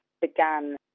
began